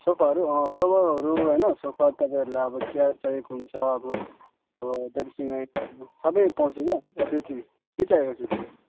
सोफाहरू सोफाहरू होइन सोफा तपाईँहरूलाई अब चियर चाहिएको हुन्छ अब अब ड्रेसिङ है सबै पाउँछ ल एभ्रिथिङ के चाहिएको थियो तपाईँलाई